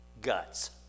guts